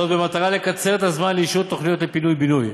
במטרה לקצר את הזמן לאישור תוכניות לפינוי-בינוי.